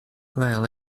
well